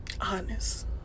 Honest